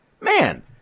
man